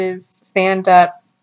stand-up